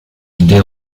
des